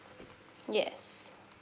yes